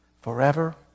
forever